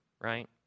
right